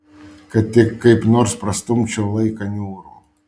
kad tik kaip nors prastumčiau laiką niūrų